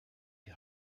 die